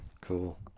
Cool